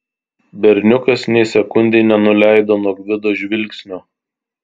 berniukas nė sekundei nenuleido nuo gvido žvilgsnio